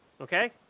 Okay